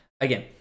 Again